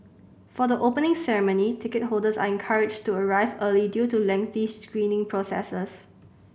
for the Opening Ceremony ticket holders are encouraged to arrive early due to lengthy screening processes